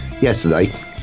yesterday